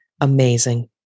amazing